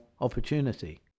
opportunity